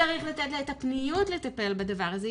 צריך לתת לה את הפניות לטפל בדבר הזה,